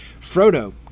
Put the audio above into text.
Frodo